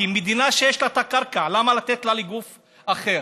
כי מדינה שיש לה את הקרקע, למה לתת לגוף אחר?